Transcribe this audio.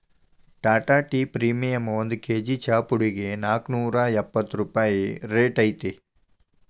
Tata tea premium ಒಂದ್ kg ಚಾಪುಡಿಗೆ ನಾಲ್ಕ್ನೂರಾ ಎಪ್ಪತ್ ರೂಪಾಯಿ ರೈಟ್ ಐತಿ